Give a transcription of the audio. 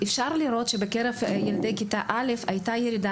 לראות שבקרב ילדי כיתה א' הייתה ירידה